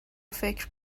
فکر